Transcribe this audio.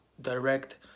direct